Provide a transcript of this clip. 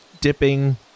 dipping